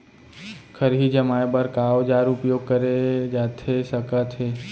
खरही जमाए बर का औजार उपयोग करे जाथे सकत हे?